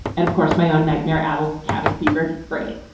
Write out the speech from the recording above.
and, of course, my own nightmare. adls cavin fevered brain.